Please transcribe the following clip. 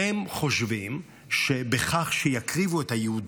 הם חושבים שבכך שיקריבו את היהודי,